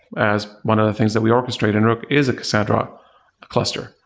as one of the things that we orchestrate in rook is a cassandra cluster,